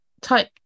type